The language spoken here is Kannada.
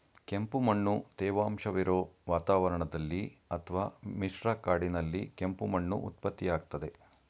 ಕೆಂಪುಮಣ್ಣು ತೇವಾಂಶವಿರೊ ವಾತಾವರಣದಲ್ಲಿ ಅತ್ವ ಮಿಶ್ರ ಕಾಡಿನಲ್ಲಿ ಕೆಂಪು ಮಣ್ಣು ಉತ್ಪತ್ತಿಯಾಗ್ತದೆ